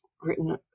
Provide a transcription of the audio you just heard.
written